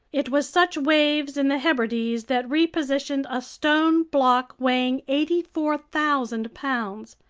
it was such waves in the hebrides that repositioned a stone block weighing eighty four thousand pounds.